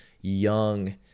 young